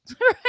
Right